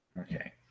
Okay